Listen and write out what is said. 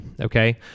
okay